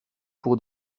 pour